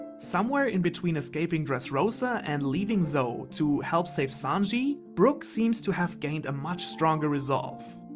somewhere in between escaping dressrosa and leaving zou to help save sanji, brook seems to have gained a much stronger resolve.